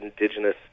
indigenous